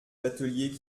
batelier